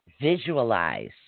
visualize